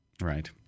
Right